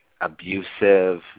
abusive